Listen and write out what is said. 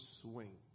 swing